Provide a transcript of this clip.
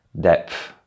depth